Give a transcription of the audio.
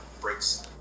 breaks